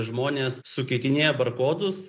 žmonės sukeitinėja barkodus